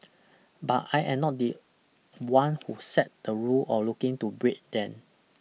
but I am not the one who set the rule or looking to break them